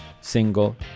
single